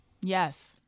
Yes